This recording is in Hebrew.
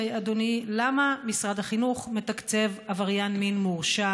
אדוני: למה משרד החינוך מתקצב עבריין מין מורשע